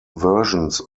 versions